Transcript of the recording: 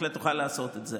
בהחלט תוכל לעשות את זה.